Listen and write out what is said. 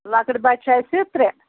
لۄکٕٹۍ بچہٕ چھِ اَسہِ ترٛےٚ